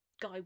guy